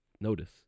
Notice